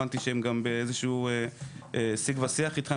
והבנתי שהם גם באיזשהו שיג ושיח איתכם.